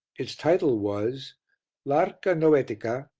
its title was l'arca noetica.